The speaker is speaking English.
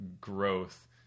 growth